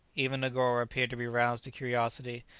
even negoro appeared to be roused to curiosity,